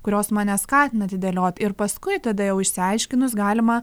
kurios mane skatina atidėliot ir paskui tada jau išsiaiškinus galima